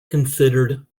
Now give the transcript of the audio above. considered